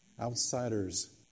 outsiders